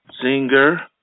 Singer